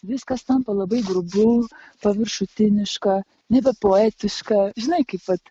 viskas tampa labai grubu paviršutiniška nebe poetiška žinai kaip vat